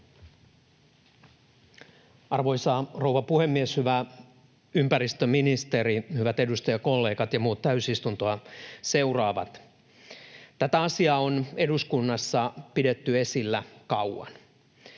Arvoisa rouva puhemies! Hyvä ympäristöministeri, hyvät edustajakollegat ja muut täysistuntoa seuraavat! Tätä asiaa on eduskunnassa pidetty esillä kauan.